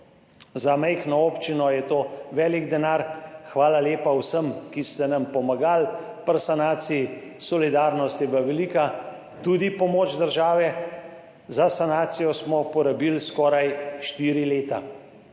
Za majhno občino je to velik denar. Hvala lepa vsem, ki ste nam pomagali pri sanaciji, solidarnost je bila velika, tudi pomoč države. Za sanacijo smo porabili skoraj 4 leta.